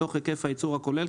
מתוך היקף הייצור הכולל,